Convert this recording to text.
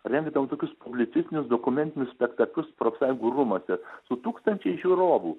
rengdavom tokius publicistinius dokumentinius spektaklius profsąjungų rūmuose su tūkstančiais žiūrovų